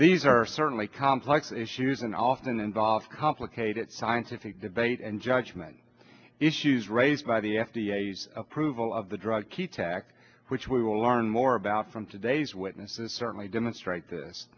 these are certainly complex issues and often involve complicated scientific debate and judgment issues raised by the f d a approval of the drug key tactic which we will learn more about from today's witnesses certainly demonstrate this